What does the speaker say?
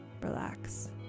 relax